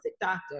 doctor